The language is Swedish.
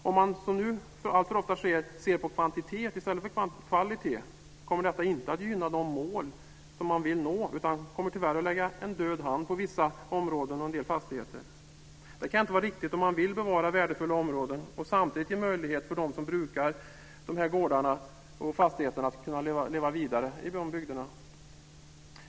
Om man som nu alltför ofta sker ser på kvantitet i stället för kvalitet kommer detta inte att gynna de mål som man vill nå, utan det kommer tyvärr att lägga en död hand på vissa områden och en del fastigheter. Det kan inte vara riktigt om man vill bevara värdefulla områden och samtidigt ge möjlighet för dem som brukar gårdarna och fastigheterna att leva vidare i bygden.